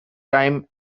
time